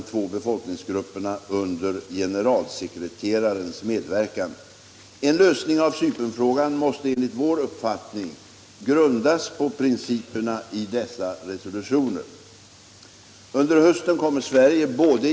Vid av HAKO-utredningen anordnade hearings med handikapporganisationer framkom som önskemål bl.a. att tågoch busspersonal informeras om handikapproblem.